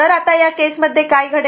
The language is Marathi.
तर आता या केस मध्ये काय घडेल